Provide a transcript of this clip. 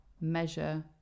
measure